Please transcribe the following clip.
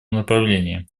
направлении